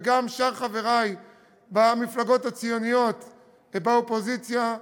וגם שאר חברי במפלגות הציוניות באופוזיציה,